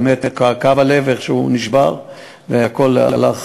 באמת כאב הלב איך שהוא נשבר והכול הלך.